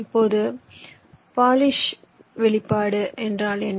இப்போது போலிஷ் வெளிப்பாடு என்றால் என்ன